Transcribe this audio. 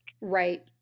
Right